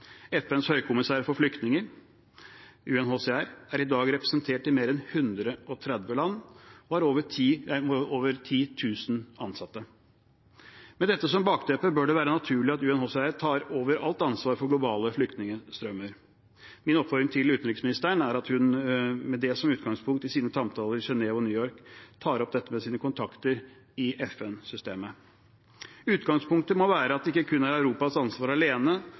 FNs høykommissær for flyktninger, UNHCR, er i dag representert i mer enn 130 land og har over 10 000 ansatte. Med dette som bakteppe bør det være naturlig at UNHCR tar over alt ansvar for globale flyktningstrømmer. Min oppfordring til utenriksministeren er at hun med det som utgangspunkt i sine samtaler i Genève og New York tar opp dette med sine kontakter i FN-systemet. Utgangspunktet må være at det ikke er Europas ansvar alene